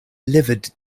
livid